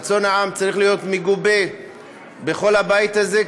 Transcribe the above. רצון העם צריך להיות מגובה בכל הבית הזה,